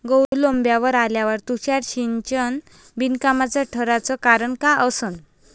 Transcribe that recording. गहू लोम्बावर आल्यावर तुषार सिंचन बिनकामाचं ठराचं कारन का असन?